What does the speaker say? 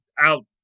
out